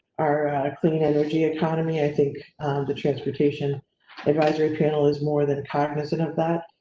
our clean energy economy. i think the transportation advisory panel is more than cognizant of that.